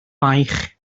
baich